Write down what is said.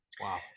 Wow